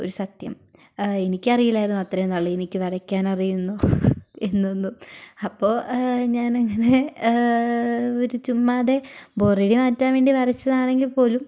ഒരു സത്യം എനിക്കറിയില്ലായിരുന്നു അത്രയും നാള് എനിക്ക് വരക്കാൻ അറിയുംന്ന് എന്നൊന്നും അപ്പൊൾ ഞാനങ്ങനെ ഒരു ചുമ്മാതെ ബോറടി മാറ്റാൻ വേണ്ടി വരച്ചതാണെങ്കിൽപ്പോലും